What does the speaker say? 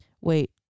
Wait